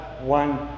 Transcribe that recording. one